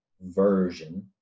version